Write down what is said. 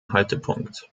haltepunkt